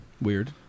Weird